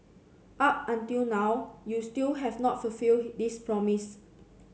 up until now you still have not fulfilled this promise